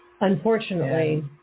unfortunately